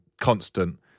constant